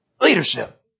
Leadership